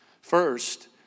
First